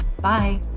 Bye